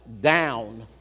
down